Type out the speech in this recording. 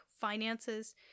finances